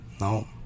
No